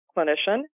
clinician